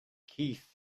keith